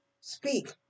speak